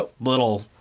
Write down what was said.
little